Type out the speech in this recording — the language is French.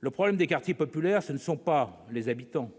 Le problème des quartiers populaires, c'est non pas leurs habitants,